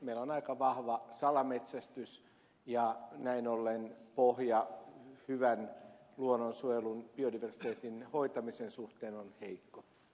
meillä on aika vahva salametsästys ja näin ollen pohja hyvän luonnonsuojelun ja biodiversiteetin hoitamisen suhteen on heikko